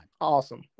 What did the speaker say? Awesome